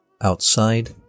Outside